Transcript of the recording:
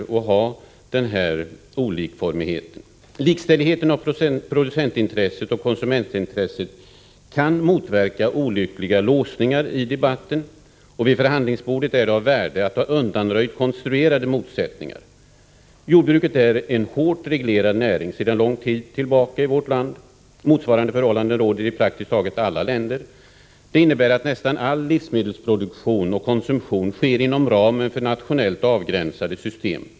Likställighet av producentintresset och konsumentintresset kan motverka olyckliga låsningar i debatten, och vid förhandlingsbordet är det av värde att ha undanröjt konstruerade motsättningar. Jordbruket är en sedan lång tid tillbaka hårt reglerad näring i vårt land. Motsvarande förhållande råder i praktiskt taget alla länder. Det innebär att nästan all livsmedelsproduktion och konsumtion sker inom ramen för nationellt avgränsade system.